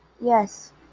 Yes